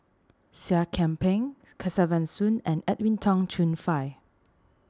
Seah Kian Peng Kesavan Soon and Edwin Tong Chun Fai